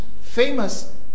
famous